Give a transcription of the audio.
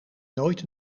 nooit